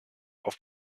auf